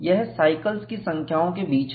यह साइकिल्स की संख्याओं के बीच है